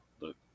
Look